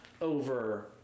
Over